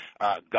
god